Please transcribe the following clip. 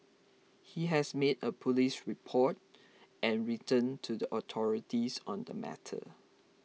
he has made a police report and written to the authorities on the matter